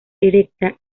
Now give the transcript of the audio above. erecta